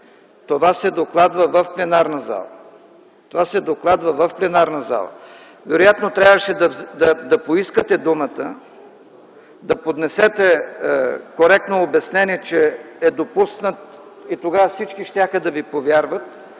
не по установения ред. Това се докладва в пленарната зала. Вероятно трябваше да поискате думата, да поднесете коректно обяснение, че е допуснат и тогава всички щяха да Ви повярват